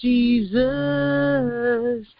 Jesus